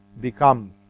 become